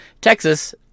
Texas